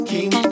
King